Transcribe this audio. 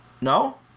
No